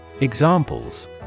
EXAMPLES